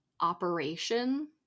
operation